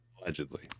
Allegedly